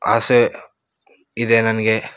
ಆಸೆ ಇದೆ ನನಗೆ